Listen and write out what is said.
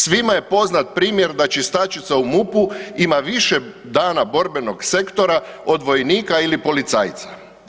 Svima je poznat primjer da čistačica u MUP-u ima više dana borbenog sektora od vojnika ili policajca.